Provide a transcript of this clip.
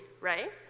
right